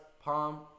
Palm